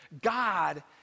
God